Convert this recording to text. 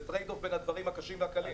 זה טרייד אוף בין הדברים הקשים והקלים.